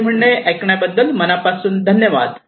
माझे म्हणणे ऐकण्याबद्दल मनापासून धन्यवाद